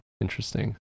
interesting